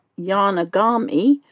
Yanagami